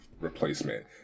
replacement